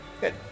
good